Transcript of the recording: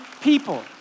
people